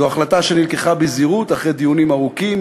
זו החלטה שהתקבלה בזהירות ואחרי דיונים ארוכים,